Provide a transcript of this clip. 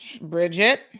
Bridget